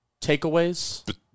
takeaways